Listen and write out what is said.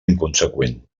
inconseqüent